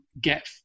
get